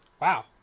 Wow